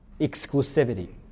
exclusivity